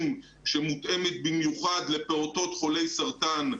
שמותאמת במיוחד לפעוטות חולי סרטן,